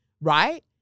Right